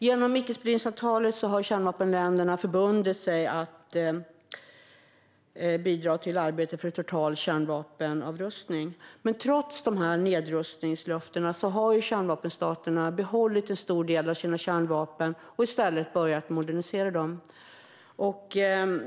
Genom icke-spridningsavtalet har kärnvapenländerna förbundit sig att bidra till arbetet för en total kärnvapenavrustning. Trots nedrustningslöftena har kärnvapenstaterna behållit en stor del av sina kärnvapen och i stället börjat modernisera dem.